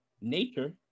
nature